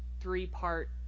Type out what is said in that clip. three-part